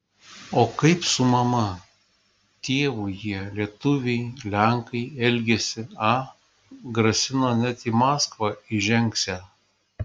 o kaip su mama tėvu jie lietuviai lenkai elgėsi a grasino net į maskvą įžengsią